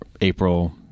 April